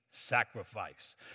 sacrifice